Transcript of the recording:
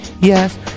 yes